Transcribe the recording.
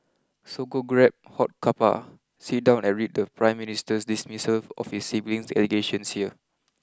so go grab hot cuppa sit down and read the prime minister's dismissal of his siblings allegations here